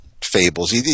fables